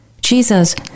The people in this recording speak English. Jesus